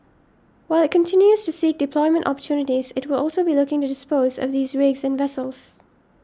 while it continues to seek deployment opportunities it will also be looking to dispose of these rigs and vessels